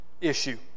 issue